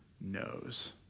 knows